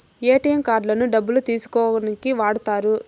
ATM కార్డులను డబ్బులు తీసుకోనీకి వాడుతారు